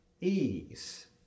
ease